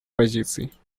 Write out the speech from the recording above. позиций